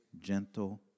gentle